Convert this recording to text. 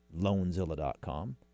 loanzilla.com